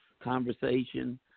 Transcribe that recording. conversation